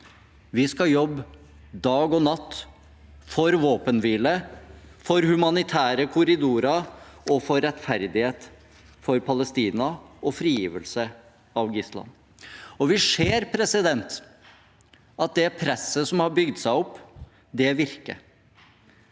Vi skal jobbe dag og natt for våpenhvile, for humanitære korridorer, for rettferdighet for Palestina og for frigivelse av gislene. Vi ser at det presset som har bygd seg opp, virker.